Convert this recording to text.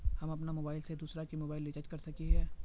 हम अपन मोबाईल से दूसरा के मोबाईल रिचार्ज कर सके हिये?